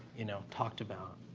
you know, talked about,